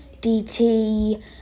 DT